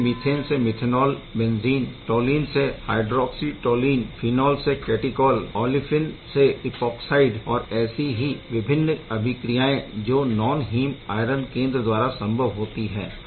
जैसे मीथेन से methanol benzene toluene से हाइड्रोक्सी टॉलीन फ़िनौल से कैटीकॉल औलिफ़िन से इपौक्साइड और ऐसी ही विभिन्न अभिक्रियाएं जो नॉन हीम आयरन केंद्र द्वारा संभव होती है